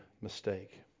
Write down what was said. mistake